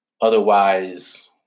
Otherwise